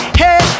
hey